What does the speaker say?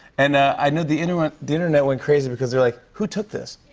and i know the internet the internet went crazy, because they're like, who took this?